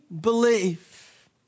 belief